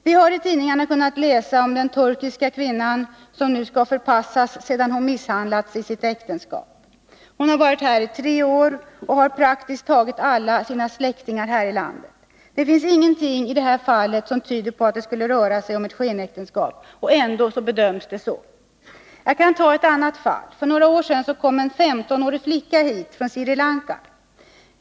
Vi har i tidningarna kunnat läsa om en turkisk kvinna som skall förpassas, sedan hon misshandlats i sitt äktenskap. Hon har varit här i tre år och har praktiskt taget alla sina släktingar här i landet. Det finns ingenting i det här fallet som tyder på att det skulle röra sig om ett skenäktenskap. Men ändå bedöms det så. Jag kan ta ett annat exempel. För några år sedan kom en 15-årig flicka hit från Sri Lanka.